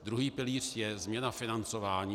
Druhý pilíř je změna financování.